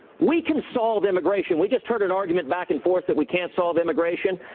we can solve immigration. we just heard an argument back and forth that we can't solve immigration.